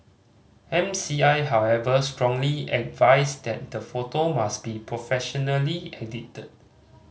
M C I however strongly advised that the photo must be professionally edited